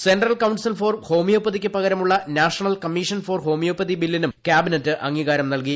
central council for ഹോമിയോപതിക്കു പകരമുള്ള national commission for homeopathy ബില്ലിനും ക്യാബിനറ്റ് അംഗീകാരം നൽകി